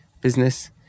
business